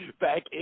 back